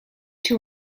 two